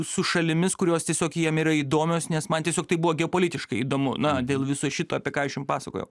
su šalimis kurios tiesiog jiem yra įdomios nes man tiesiog tai buvo geopolitiškai įdomu na dėl viso šito apie ką aš jum pasakojau